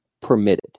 permitted